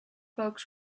folks